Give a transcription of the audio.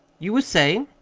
you was sayin'?